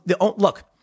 look